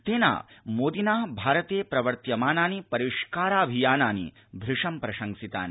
तेन मोदिना भारते प्रवर्त्यमानानि परिष्काराभियानानि भूशं प्रशंसितानि